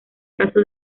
caso